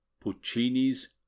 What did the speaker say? Puccini's